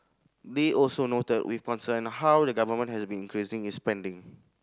they also noted with concern how the Government has been increasing its spending